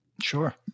Sure